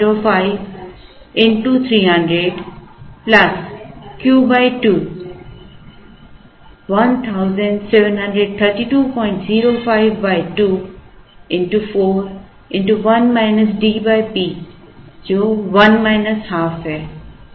173205 2 4 1 DP जो 1 ½ है